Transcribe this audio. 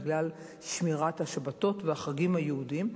בגלל שמירת השבתות והחגים היהודיים,